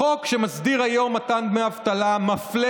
החוק שמסדיר היום מתן דמי אבטלה מפלה